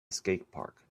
skatepark